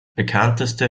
bekannteste